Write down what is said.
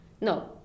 no